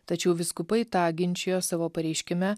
tačiau vyskupai tą ginčijo savo pareiškime